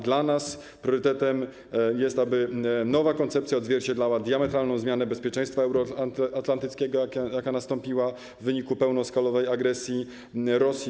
Dla nas priorytetem jest, aby nowa koncepcja odzwierciedlała diametralną zmianę bezpieczeństwa euroatlantyckiego, jaka nastąpiła w wyniku pełnoskalowej agresji Rosji.